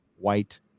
white